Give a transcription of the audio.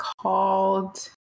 called